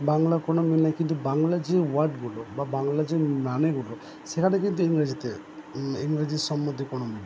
বাংলার কোনো মিল নেই কিন্তু বাংলার যে ওয়ার্ডগুলো বা বাংলার যে মানেগুলো সেখানে কিন্তু ইংরেজিতে ইংরেজি সম্বন্ধে কোনো মিল নেই